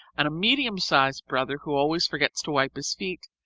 and a medium-sized brother who always forgets to wipe his feet,